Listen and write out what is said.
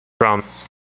drums